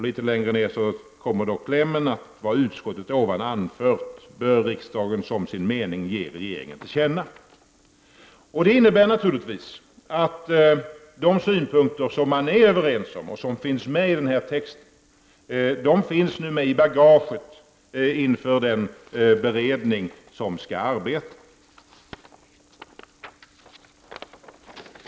Litet längre ner står: ”Vad utskottet ovan anfört bör riksdagen som sin mening ge regeringen till känna.” Detta innebär naturligtvis att de synpunkter som finns med i texten och som man är överens om finns med i bagaget inför den beredning som skall ske.